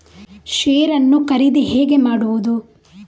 Share ನ್ನು ಖರೀದಿ ಹೇಗೆ ಮಾಡುವುದು?